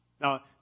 Now